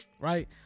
Right